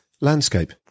landscape